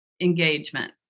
engagement